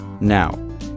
Now